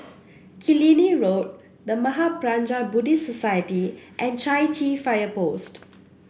Killiney Road The Mahaprajna Buddhist Society and Chai Chee Fire Post